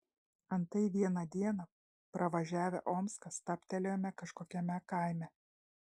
antai vieną dieną pravažiavę omską stabtelėjome kažkokiame kaime